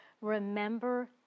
remember